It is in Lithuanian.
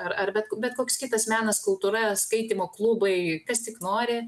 ar arba bet koks kitas menas kultūra skaitymo klubai kas tik nori